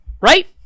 Right